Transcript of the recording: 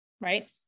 Right